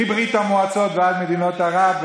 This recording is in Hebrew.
מברית המועצות ועד מדינות ערב,